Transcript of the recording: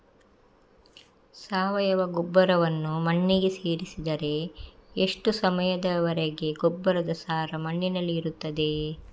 ಸಾವಯವ ಗೊಬ್ಬರವನ್ನು ಮಣ್ಣಿಗೆ ಸೇರಿಸಿದರೆ ಎಷ್ಟು ಸಮಯದ ವರೆಗೆ ಗೊಬ್ಬರದ ಸಾರ ಮಣ್ಣಿನಲ್ಲಿ ಇರುತ್ತದೆ?